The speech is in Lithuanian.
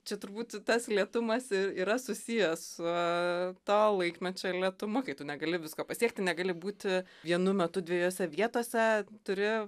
čia turbūt tas lėtumas yra susijęs su to laikmečio lėtumu kai tu negali visko pasiekti negali būti vienu metu dviejose vietose turi